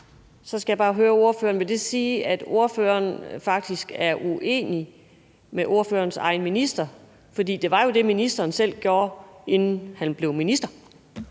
Så skal jeg bare høre ordføreren: Vil det sige, at ordføreren faktisk er uenig med ordførerens egen minister, for det var jo det, ministeren selv gjorde, inden han blev minister?